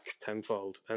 tenfold